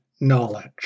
knowledge